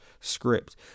script